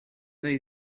neu